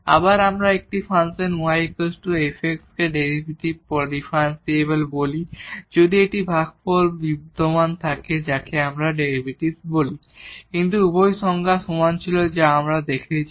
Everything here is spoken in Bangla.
আবার আমরা একটি ফাংশন y f কে ডিফারেনশিবল বলি যদি এই ভাগফল বিদ্যমান থাকে যাকে আমরা ডেরিভেটিভ বলি কিন্তু উভয় সংজ্ঞা সমান ছিল যা আমরা দেখেছি